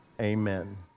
amen